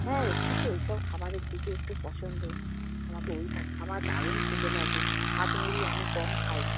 হ্যাঁ একটু তো ওইসব খাবারের দিকে একটু পছন্দ আমাকে ওই খাবার দারুণ খেতে লাগে ভাত মুড়ি আমি কম খাই